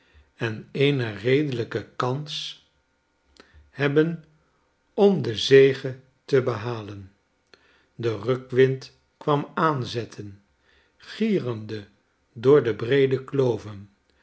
en eene redelijke kans hebben om de zege te behalen de rukwind kwam aanzetten gierende door de breede kloven